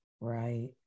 Right